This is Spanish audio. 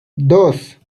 dos